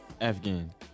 Afghan